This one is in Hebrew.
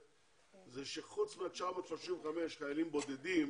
זה שחוץ מה-935 חיילים בודדים